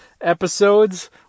episodes